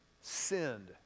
sinned